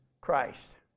Christ